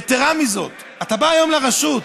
יתרה מזאת, אתה בא לרשות,